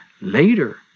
later